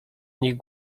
nich